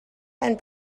and